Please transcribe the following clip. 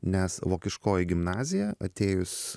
nes vokiškoji gimnazija atėjus